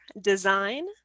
design